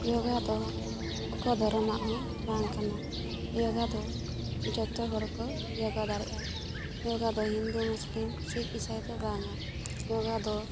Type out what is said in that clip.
ᱡᱳᱜᱟ ᱫᱚ ᱚᱠᱟ ᱫᱷᱚᱨᱚᱢᱟᱜ ᱦᱚᱸ ᱵᱟᱝ ᱠᱟᱱᱟ ᱡᱳᱜᱟ ᱫᱚ ᱡᱚᱛᱚ ᱦᱚᱲ ᱠᱚ ᱡᱳᱜᱟ ᱫᱟᱲᱮᱭᱟᱜᱼᱟ ᱡᱳᱜᱟ ᱫᱚ ᱦᱤᱱᱫᱩ ᱢᱩᱥᱞᱤᱢ ᱥᱤᱠᱷ ᱤᱥᱟᱹᱭ ᱫᱚ ᱵᱟᱝᱼᱟ ᱡᱳᱜᱟ ᱫᱚ